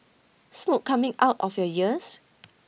smoke coming out of your ears